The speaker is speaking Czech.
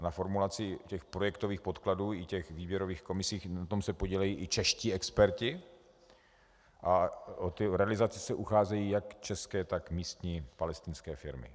Na formulaci projektových podkladů i těch výběrových komisí se podílejí i čeští experti a o realizace se ucházejí jak české, tak místní palestinské firmy.